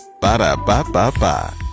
Ba-da-ba-ba-ba